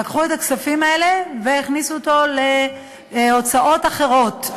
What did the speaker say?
לקחו את הכספים האלה והכניסו אותם להוצאות אחרות.